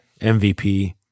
mvp